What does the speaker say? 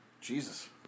Jesus